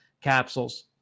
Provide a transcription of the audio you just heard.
capsules